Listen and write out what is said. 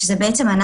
שזה אנחנו,